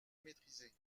maîtrisée